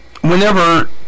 whenever